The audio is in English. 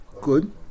Good